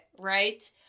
right